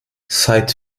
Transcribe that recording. seit